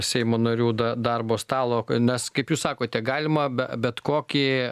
seimo narių darbo stalo nes kaip jūs sakote galima be bet kokį